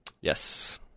Yes